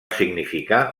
significar